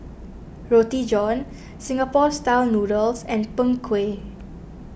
Roti John Singapore Style Noodles and Png Kueh